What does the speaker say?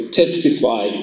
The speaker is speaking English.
testify